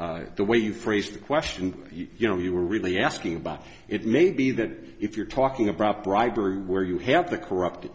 that the way you phrased the question you know you were really asking about it may be that if you're talking about bribery where you have the corrupt